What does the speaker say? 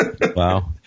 Wow